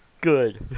Good